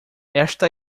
esta